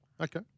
Okay